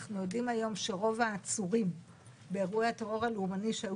אנחנו יודעים היום שרוב העצורים באירועי הטרור הלאומני שהיו